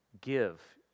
give